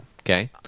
okay